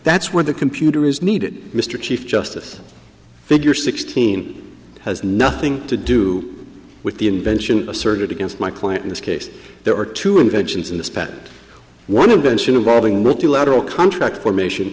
that's where the computer is needed mr chief justice figure sixteen has nothing to do with the invention asserted against my client in this case there are two inventions in this patent one of them soon involving multilateral contract formation